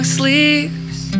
sleeves